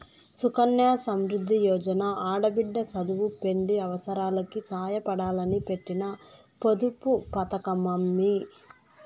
సుకన్య సమృద్ది యోజన ఆడబిడ్డ సదువు, పెండ్లి అవసారాలకి సాయపడాలని పెట్టిన పొదుపు పతకమమ్మీ